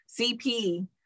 CP